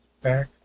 Back